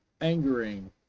angering